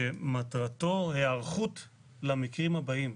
שמטרתו היערכות למקרים הבאים.